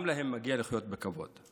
גם להם מגיע לחיות בכבוד.